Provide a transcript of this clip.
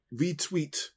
retweet